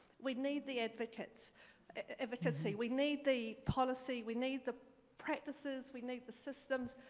we need the advocate efficacy. we need the policy, we need the practices, we need the systems,